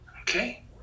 Okay